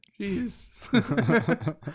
Jeez